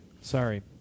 Sorry